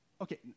Okay